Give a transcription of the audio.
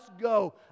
go